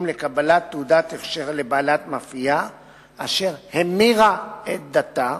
לקבלת תעודת הכשר לבעלת מאפייה אשר המירה את דתה,